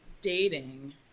dating